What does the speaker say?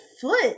foot